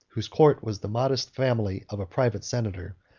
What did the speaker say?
whose court was the modest family of a private senator,